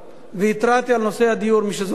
והתרעתי על נושא הדיור, מי שזוכר,